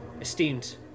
Esteemed